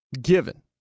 given